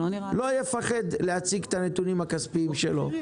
יפחד להציג את הנתונים הכספיים שלו,